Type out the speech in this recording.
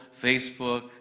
Facebook